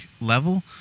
level